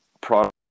product